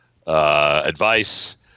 advice